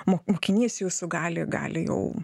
mokinys jūsų gali gali jau